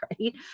right